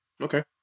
Okay